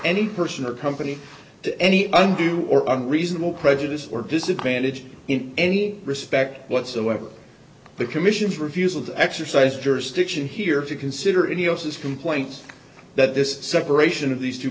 any person or company to any undue or unreasonable prejudice or disadvantage in any respect whatsoever the commission's refusal to exercise jurisdiction here to consider any of his complaints that this separation of these two